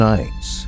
Nights